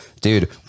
Dude